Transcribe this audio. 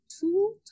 two